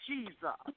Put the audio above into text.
Jesus